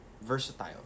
versatile